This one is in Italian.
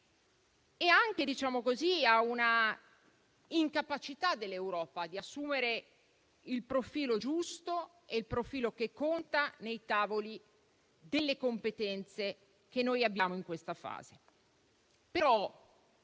e anche di una incapacità dell'Europa di assumere il profilo giusto e il profilo che conta nei tavoli delle competenze che abbiamo in questa fase.